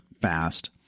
fast